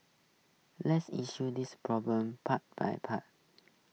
let's issue this problem part by part